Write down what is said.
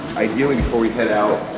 ideally before we head out,